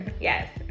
Yes